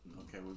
Okay